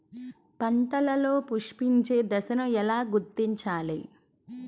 పంటలలో పుష్పించే దశను ఎలా గుర్తించాలి?